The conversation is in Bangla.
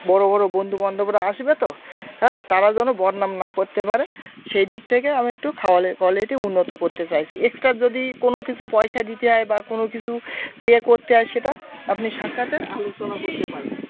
বড় বড় বন্ধুবান্ধবরা আসবে তো হ্যাঁ তারা যেন বদনাম না করতে পারে সেই দিক থেকে আমি একটু খাবারের কোয়ালিটি উন্নত করতে চাইছি এক্সট্রা যদি কোনো কিছু পয়সা দিতে হয় বা কোনো কিছু পে করতে হয় সেটা আপনি সাক্ষাতে আলোচনা করতে পারেন